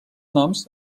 noms